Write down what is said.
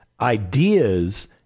ideas